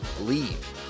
leave